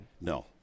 No